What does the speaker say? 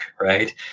right